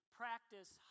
practice